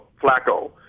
Flacco